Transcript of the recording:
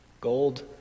Gold